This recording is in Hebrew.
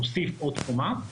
נוסיף עוד קומה.